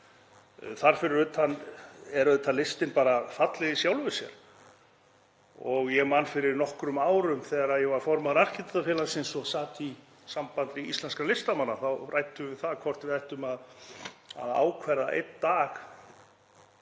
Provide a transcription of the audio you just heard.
Þar fyrir utan er listin bara falleg í sjálfu sér. Ég man fyrir nokkrum árum þegar ég var formaður Arkitektafélagsins og sat í Sambandi íslenskra listamanna. Þá ræddum við það hvort við ættum að ákveða einn dag